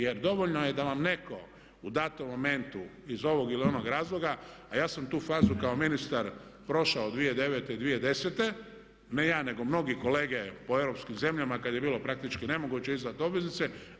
Jer dovoljno je da vam netko u datom momentu iz ovog ili onog razloga, a ja sam tu fazu kao ministar prošao 2009. i 2010., ne ja nego mnogi kolege po europskim zemljama kad je bilo praktički nemoguće izdat obveznice.